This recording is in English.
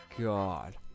God